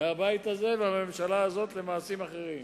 מהבית הזה ומהממשלה הזאת למעשים אחרים.